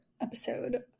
episode